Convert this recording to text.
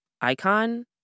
icon